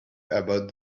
about